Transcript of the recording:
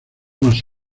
más